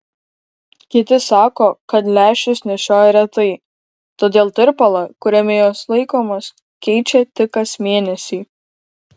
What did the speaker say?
kiti sako kad lęšius nešioja retai todėl tirpalą kuriame jos laikomos keičia tik kas mėnesį